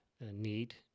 need